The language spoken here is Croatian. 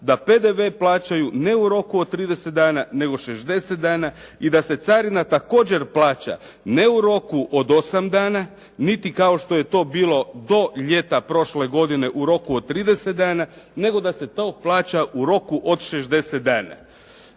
da PDV plaćaju ne u roku od 30 dana nego 60 dana i da se carina također plaća ne u roku od 8 dana niti kao što je to bilo do ljeta prošle godine u roku od 30 dana nego da se to plaća u roku od 60 dana.